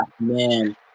man